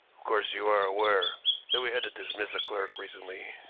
of course, you are aware that we had to dismiss a clerk recently?